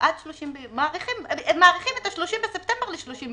מאריכים את ה-30 בספטמבר ל-30 ביוני.